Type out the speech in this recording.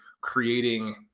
creating